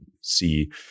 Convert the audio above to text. see